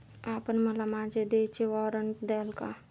आपण मला माझे देयचे वॉरंट द्याल का?